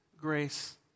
grace